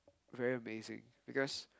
very amazing because